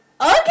Okay